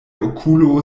okulo